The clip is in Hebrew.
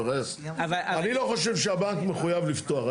אני לא חושב שהבנק מחויב לפתוח.